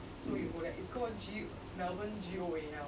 you have to score G melbourne zero